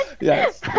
Yes